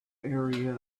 area